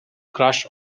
crush